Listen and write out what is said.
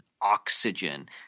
oxygen